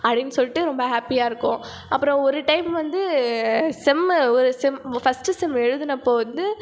அப்படின்னு சொல்லிட்டு ரொம்ப ஹாப்பியாக இருக்கும் அப்புறம் ஒரு டைம் வந்து செம்மு ஒரு செம் ஃபர்ஸ்ட்டு செம் எழுதினப்ப வந்து